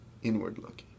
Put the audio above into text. inward-looking